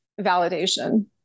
validation